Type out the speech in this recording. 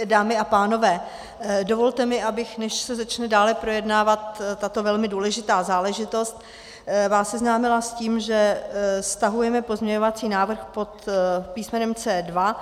Dámy a pánové, dovolte mi, abych vás, než se začne dále projednávat tato velmi důležitá záležitost, seznámila s tím, že stahujeme pozměňovací návrh pod písmenem C2.